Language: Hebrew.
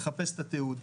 לחפש את התיעוד.